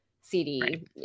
CD